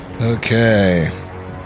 Okay